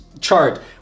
chart